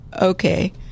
okay